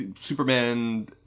Superman